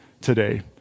today